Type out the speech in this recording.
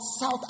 South